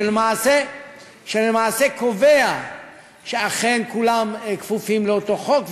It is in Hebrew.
שלמעשה קובע שאכן כולם כפופים לאותו חוק,